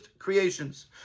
Creations